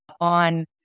on